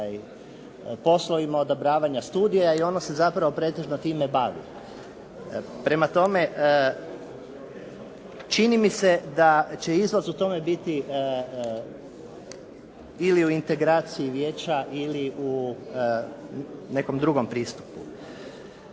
poslovima odobravanja studija i ono se zapravo pretežno time bavi. Prema tome, čini mi se da će izlaz u tome biti ili u integraciji vijeća ili u nekom drugom pristupu.